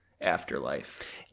afterlife